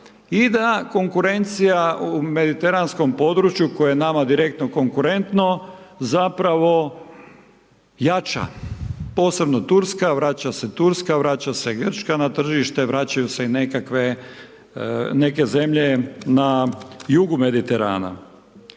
i da konkurencija u mediteranskom području koje je nama direktno konkurentno, zapravo, jača, posebno Turska, vraća se Turska, vraća se Grčka na tržište, vraćaju se i nekakve, neke zemlje na jugu Mediterana.